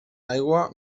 aigua